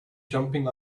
jumping